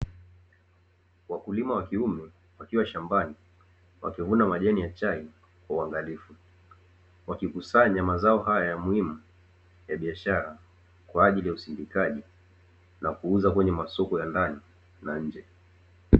Wakulima wa kiume wakiwa shambani wakivuna majani ya chai kwa uangalifu. Wakikusanya mazao haya ya muhimu ya biashara kwa ajili ya usindikaji na kuuza kwenye masoko ya ndani na nje.